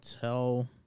tell